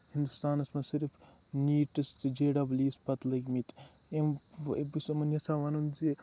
ہِندوستانَس منٛز صرف نیٖٹٕس تہٕ جے ڈَبٔل ایٖیَس پَتہٕ لٔگمٕتۍ یِم بہٕ چھُس یِمن یَژھان وَنُن زِ